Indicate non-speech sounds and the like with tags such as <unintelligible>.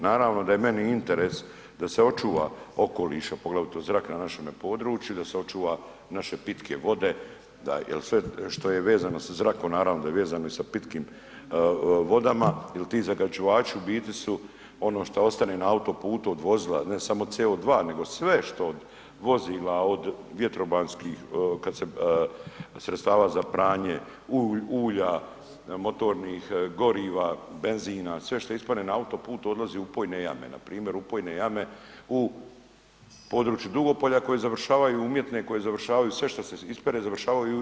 Naravno da je meni interes da se očuva okoliš a poglavito zrak na našemu području, da se očuva naše pitke vode jer sve što je vezano sa zrakom naravno da je vezano i sa pitkim vodama jer ti zagađivači u biti su ono što ostane na autoputu od vozila, ne samo CO2 nego sve što od vozila, od vjetrobranskih sredstava za pranje, ulja, motornih goriva, benzina, sve što ispadne na autoput, odlazi u ... <unintelligible> jame, npr. ... <unintelligible> jame u području Dugopolja koje završavaju umjetne, koje završavaju sve što se ispere, završava u Jadru.